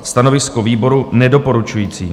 Stanovisko výboru nedoporučující.